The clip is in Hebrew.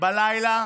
בלילה